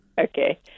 Okay